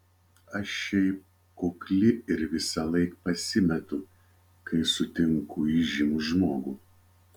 aš šiaip kukli ir visąlaik pasimetu kai sutinku įžymų žmogų